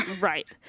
Right